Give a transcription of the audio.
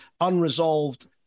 unresolved